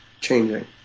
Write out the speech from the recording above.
changing